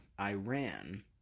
Iran